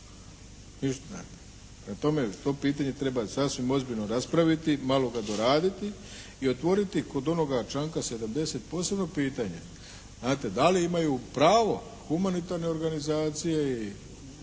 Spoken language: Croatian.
tome to pitanje treba sasvim ozbiljno raspraviti, malo ga doraditi i otvoriti kod onog članka 70. posebno pitanje, znate, da li imaju pravo humanitarne organizacije i